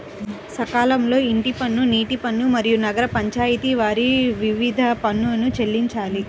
సకాలంలో ఇంటి పన్ను, నీటి పన్ను, మరియు నగర పంచాయితి వారి వివిధ పన్నులను చెల్లించాలి